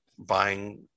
buying